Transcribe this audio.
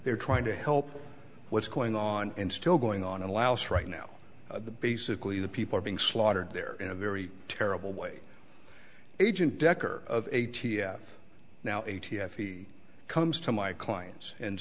they're trying to help what's going on and still going on in laos right now the basically the people are being slaughtered there in a very terrible way agent decker of a t f now a t f he comes to my clients and